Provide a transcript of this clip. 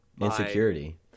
insecurity